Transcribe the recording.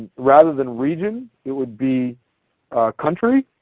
rather than region it would be country.